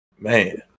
Man